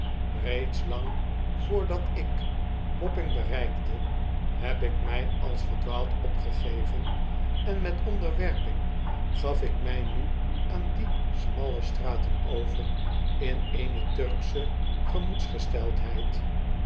reeds lang vr dat ik w a p p i n g bereikte heb ik mij als verdwaald opgegeven en met onderwerping gaf ik mij nu aan die smalle straten over in eene turksche